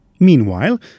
Meanwhile